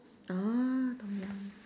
ah Tom-Yum